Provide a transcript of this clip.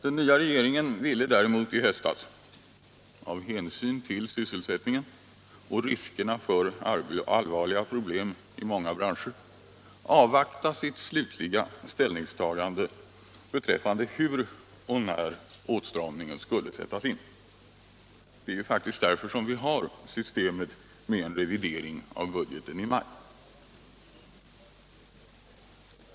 Den nya regeringen ville däremot i höstas, av hänsyn till sysselsättningen och riskerna för allvarliga problem i många branscher, avvakta med sitt slutliga ställningstagande till hur och när åtstramningen skulle sättas in. Det är ju faktiskt av sådana skäl vi har systemet med en revidering av budgeten i maj.